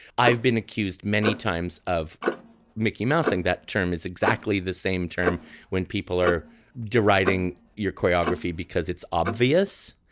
i've been accused many times of mickey mouse saying that term is exactly the same term when people are deriding your choreography because it's obvious.